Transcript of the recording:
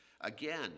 Again